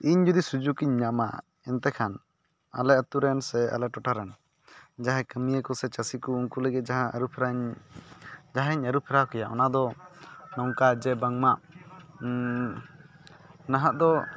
ᱤᱧ ᱡᱩᱫᱤ ᱥᱩᱡᱩᱜᱤᱧ ᱧᱟᱢᱟ ᱮᱱᱛᱮ ᱠᱷᱟᱱ ᱟᱞᱮ ᱟᱛᱳᱨᱮᱱ ᱥᱮ ᱟᱞᱮ ᱴᱚᱴᱷᱟᱨᱮᱱ ᱡᱟᱦᱟᱭ ᱠᱟᱹᱢᱤᱭᱟᱹ ᱠᱚ ᱥᱮ ᱪᱟᱥᱤ ᱠᱚ ᱩᱱᱠᱩ ᱞᱟᱹᱜᱤᱫ ᱡᱟᱦᱟᱸ ᱟᱨᱩᱯᱷᱮᱨᱟᱧ ᱡᱟᱦᱟᱧ ᱟᱨᱩᱯᱷᱮᱨᱟᱣ ᱠᱮᱭᱟ ᱚᱱᱟ ᱫᱚ ᱱᱚᱝᱠᱟ ᱡᱮ ᱵᱟᱝᱢᱟ ᱱᱟᱦᱟᱜ ᱫᱚ